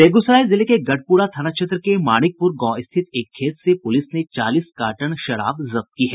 बेगूसराय जिले के गढ़पुरा थाना क्षेत्र के माणिकपुर गांव स्थित एक खेत से पुलिस ने चालीस कार्टन विदेशी शराब जब्त की है